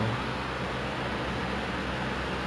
alright see I'm a genius